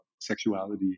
sexuality